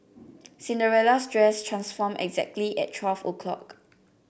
Cinderella's dress transformed exactly at twelve o'clock